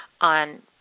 on